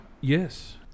Yes